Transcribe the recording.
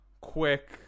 quick